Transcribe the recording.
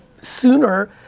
sooner